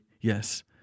Yes